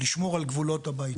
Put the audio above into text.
לשמור על גבולות הבית.